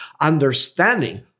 understanding